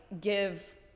give